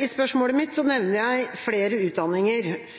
I spørsmålet mitt nevner jeg flere utdanninger.